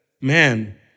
Man